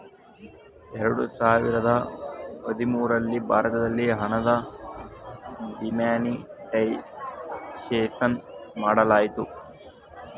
ಎರಡು ಸಾವಿರದ ಹದಿಮೂರಲ್ಲಿ ಭಾರತದಲ್ಲಿ ಹಣದ ಡಿಮಾನಿಟೈಸೇಷನ್ ಮಾಡಲಾಯಿತು